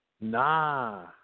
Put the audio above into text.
Nah